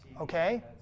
okay